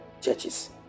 churches